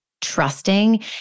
trusting